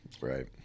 Right